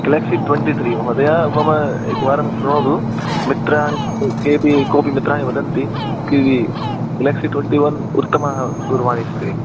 galaxy twenty three महोदय मम एकवारं श्रुणोतु मित्राणि केऽपि कोपि मित्राणि वदन्ति कि गेलेक्सी ट्वेण्टि वन् उत्तमा दूरवाणी अस्ति